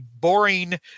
boring